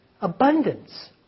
abundance